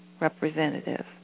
representative